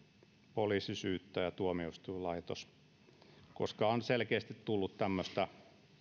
poliisi syyttäjä tuomioistuinlaitos koska on selkeästi tullut tämmöistä